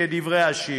כדברי השיר,